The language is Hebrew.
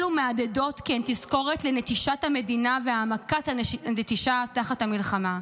אלו מהדהדות כי הן תזכורת לנטישת המדינה ולהעמקת הנטישה תחת המלחמה.